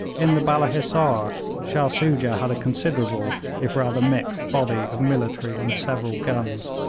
in the balla hissar shah soojah had a considerable, if rather mixed, body of military and several guns.